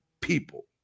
people